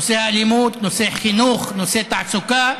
בנושא האלימות, נושא החינוך, נושא התעסוקה,